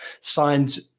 signed